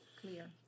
clear